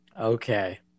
okay